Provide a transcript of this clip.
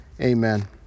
Amen